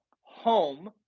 home